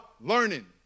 learning